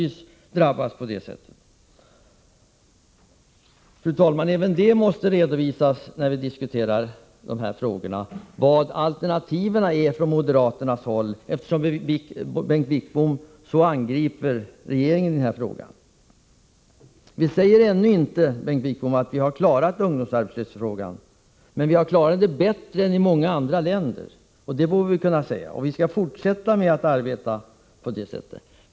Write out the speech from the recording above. Fru talman! Även detta måste redovisas då vi diskuterar de här frågorna. Vilka är moderaternas alternativ, då Bengt Wittbom så kraftigt angriper regeringen i denna fråga? Vi säger ännu inte att vi har klarat ungdomsarbetslöshetproblemen, Bengt Wittbom, men vi har klarat dem bättre än man gjort i många andra länder — det kan vi säga. Vi skall fortsätta att arbeta på det sättet.